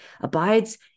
abides